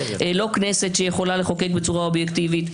לא כנסת שיכולה לחוקק בצורה אובייקטיבית,